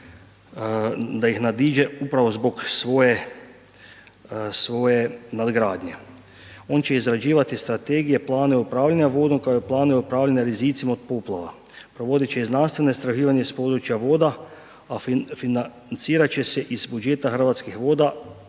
da ih nadiđe upravo zbog svoje nadgradnje. On će izrađivati strategije, planove upravljanja vodom kao i planove upravljanja rizicima od poplava, provodit će i znanstvena istraživanja iz područja a financirat će se iz budžeta Hrvatskih voda,